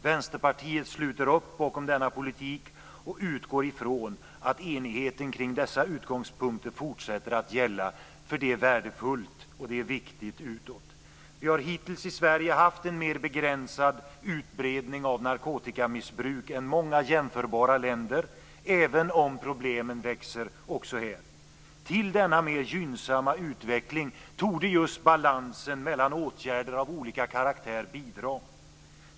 Vänsterpartiet sluter upp bakom denna politik och utgår från att enigheten kring dessa utgångspunkter fortsätter att gälla, för det är värdefullt och viktigt utåt. Vi har hittills i Sverige haft en mer begränsad utbredning av narkotikamissbruk än många jämförbara länder, även om problemen växer också här. Till denna mer gynnsamma utveckling torde just balansen mellan åtgärder av olika karaktär bidra.